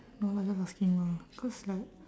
no lah just asking lah cause like